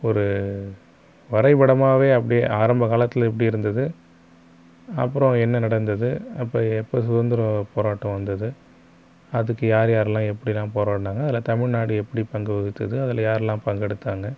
ஒரு வரைப்படமாவே அப்படியே ஆரம்ப காலத்தில் எப்படி இருந்தது அப்புறம் என்ன நடந்தது அப்போ எப்போ சுகந்திர போராட்டம் வந்தது அதுக்கு யார் யாருலாம் எப்படிலாம் போராடுனாங்க அதில் தமிழ்நாடு எப்படி பங்கு வகித்தது அதில் யாரெலாம் பங்கெடுத்தாங்க